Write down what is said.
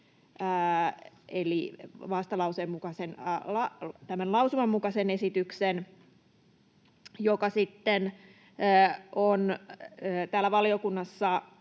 vastalauseen lausuman mukaisen esityksen, joka sitten on täällä valiokunnassa